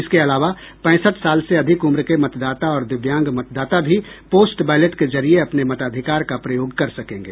इसके अलावा पैंसठ साल से अधिक उम्र के मतदाता और दिव्यांग मतदाता भी पोस्ट बैलेट के जरिये अपने मताधिकार का प्रयोग कर सकेंगे